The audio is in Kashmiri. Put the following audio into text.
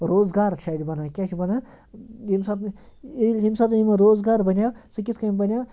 روزگار چھُ اَتہِ بَنان کیٛاہ چھُ بَنان ییٚمہِ ساتَن ییٚلہِ ییٚمہِ ساتَن یِمَن روزگار بَنیو سُہ کِتھ کَنۍ بَنیو